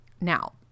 Now